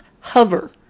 hover